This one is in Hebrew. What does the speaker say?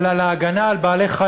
אבל על ההגנה על בעלי-חיים,